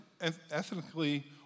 ethnically